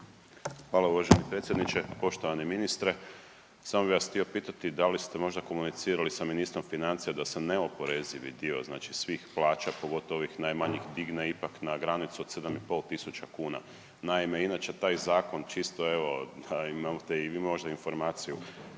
Hvala uvaženi predsjedniče, poštovani ministre. Samo bih vas htio pitati, da li ste možda komunicirali sa ministrom financija da se neoporezivi dio, znači svih plaća, pogotovo ovih najmanjih, digne ipak na granicu od 7,5 tisuća kuna. Naime, inače taj zakon, čisto evo, imate i vi možda informaciju,